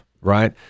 right